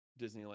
Disneyland